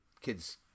kids